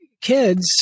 kids